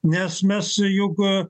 nes mes juk